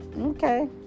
Okay